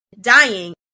dying